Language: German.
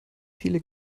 viele